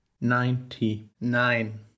ninety-nine